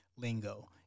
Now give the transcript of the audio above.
lingo